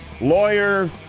lawyer